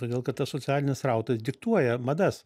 todėl kad tas socialinis srautas diktuoja madas